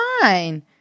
fine